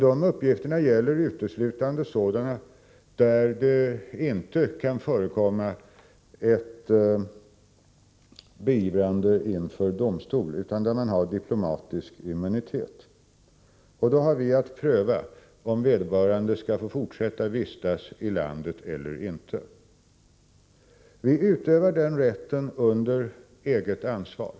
De uppgifterna gäller uteslutande sådana fall där det inte kan förekomma ett beivrande inför domstol, utan där diplomatisk immunitet råder. Då har vi att pröva om vederbörande skall få fortsätta att vistas i landet eller inte. Vi utövar denna rätt under eget ansvar.